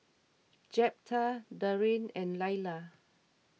Jeptha Darrin and Lilah